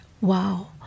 wow